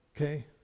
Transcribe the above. okay